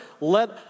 Let